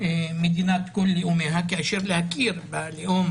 מדינת כל לאומיה, ולהכיר בלאום